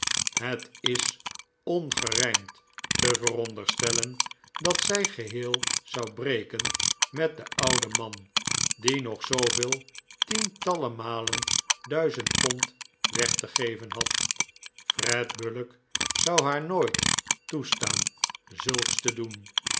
het is ongerijmd te veronderstellen dat zij geheel zou breken met den ouden man die nog zooveel tientallen malen duizend pond weg te geven had fred bullock zou haar nooit toestaan zulks te doen